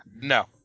No